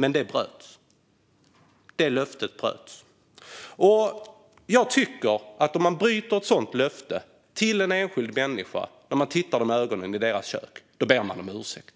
Men det löftet bröts. Om man bryter ett löfte som man gett till en enskild människa i dennes kök och har tittat henne i ögonen tycker jag att man ber om ursäkt.